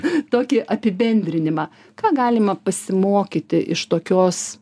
tokį apibendrinimą ką galima pasimokyti iš tokios